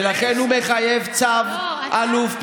ולכן הוא מחייב צו אלוף פיקוד.